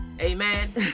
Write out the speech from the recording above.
Amen